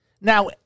Now